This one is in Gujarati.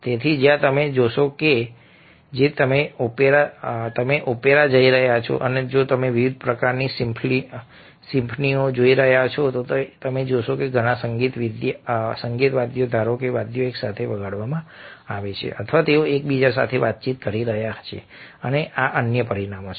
તેથી જ્યાં તમે જોશો કે જો તમે ઓપેરા જોઈ રહ્યા છો જો તમે વિવિધ પ્રકારની સિમ્ફનીઓ જોઈ રહ્યા છો તો તમે જોશો કે ઘણાં સંગીતવાદ્યો ધારો કે વાદ્યો એકસાથે વગાડવામાં આવે છે અથવા તેઓ એકબીજા સાથે વાતચીત કરી રહ્યાં છે અને આ અન્ય પરિમાણો છે